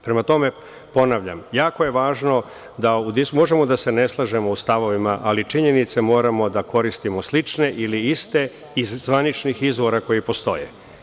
Prema tome, ponavljam, jako je važno da udiskusiji možemo da se ne slažemo u stavovima, ali činjenice moramo da koristimo slične ili iste iz zvaničnih izvora koji postoje.